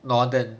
northern